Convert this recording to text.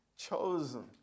Chosen